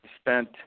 spent